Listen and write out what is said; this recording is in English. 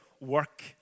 work